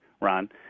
Ron